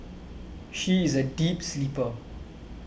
she is a deep sleeper